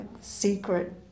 secret